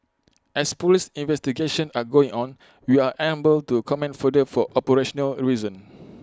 as Police investigations are going on we are unable to comment further for operational reasons